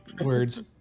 Words